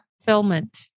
fulfillment